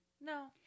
No